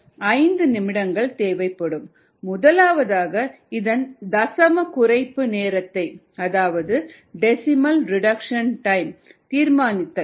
aமுதலாவதாக இதன் தசம குறைப்பு நேரத்தை அதாவது டெசிமல் ரெடக்ஷன் டைம் தீர்மானித்தல்